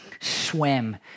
swim